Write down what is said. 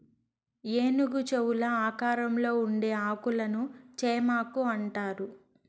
ఏనుగు చెవుల ఆకారంలో ఉండే ఆకులను చేమాకు అంటారు